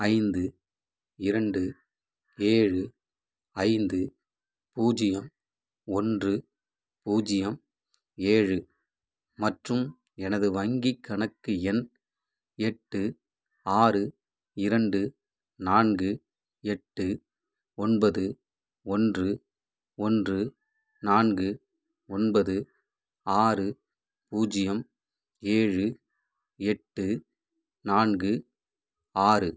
ஐந்து இரண்டு ஏழு ஐந்து பூஜ்யம் ஒன்று பூஜ்யம் ஏழு மற்றும் எனது வங்கிக் கணக்கு எண் எட்டு ஆறு இரண்டு நான்கு எட்டு ஒன்பது ஒன்று ஒன்று நான்கு ஒன்பது ஆறு பூஜ்யம் ஏழு எட்டு நான்கு ஆறு